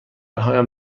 هایم